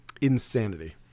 Insanity